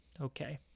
Okay